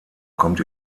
kommt